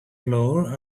flour